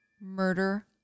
Murder